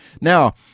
Now